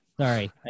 Sorry